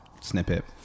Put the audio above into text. snippet